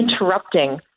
interrupting